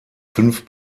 fünf